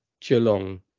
Geelong